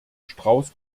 strauß